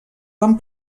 van